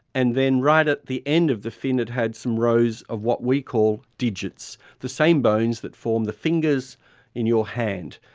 and then right at the end of the fin it had some rows of what we call digits, the same bones that form the fingers in your hand.